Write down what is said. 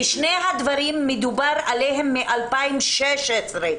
ושני הדברים מדובר עליהם מ- 2016 כבר.